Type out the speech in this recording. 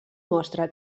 mostra